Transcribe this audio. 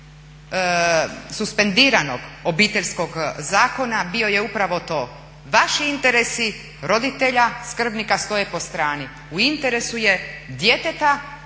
koncept suspendiranog Obiteljskog zakona bio je upravo to, vaši interesi roditelja, skrbnika stoje po strani. U interesu je djeteta